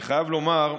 אני חייב לומר,